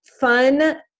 fun